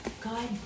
God